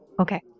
Okay